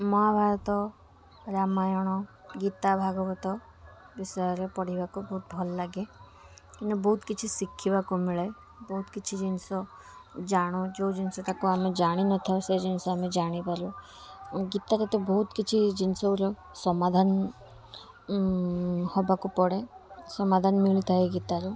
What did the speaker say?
ମହାଭାରତ ରାମାୟଣ ଗୀତା ଭାଗବତ ବିଷୟରେ ପଢ଼ିବାକୁ ବହୁତ ଭଲ ଲାଗେ କିନ୍ତୁ ବହୁତ କିଛି ଶିଖିବାକୁ ମିଳେ ବହୁତ କିଛି ଜିନିଷ ଜାଣୁ ଯୋଉ ଜିନଷ ତାକୁ ଆମେ ଜାଣି ନଥାଉ ସେଇ ଜିନିଷ ଆମେ ଜାଣିପାରୁ ଗୀତାରେ ତ ବହୁତ କିଛି ଜିନିଷ ଗୁରାକ ସମାଧାନ ହେବାକୁ ପଡ଼େ ସମାଧାନ ମିଳିଥାଏ ଗୀତାରୁ